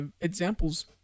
examples